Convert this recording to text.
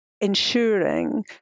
ensuring